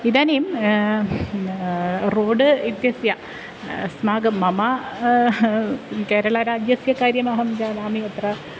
इदानीं रोड् इत्यस्य अस्माकं मम केरलाराज्यस्य कार्यमहं जानामि अत्र